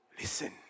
listen